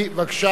בבקשה,